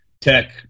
tech